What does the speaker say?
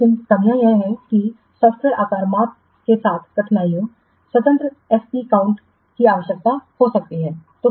लेकिन कमियां यह हैं कि सॉफ्टवेयर आकार माप के साथ कठिनाइयों स्वतंत्र एफपी काउंटर की आवश्यकता हो सकती है